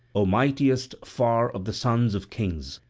o mightiest far of the sons of kings,